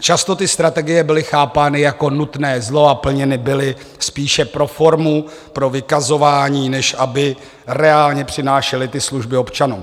Často ty strategie byly chápány jako nutné zlo a plněny byly spíše pro formu, pro vykazování, než aby reálně přinášely ty služby občanům.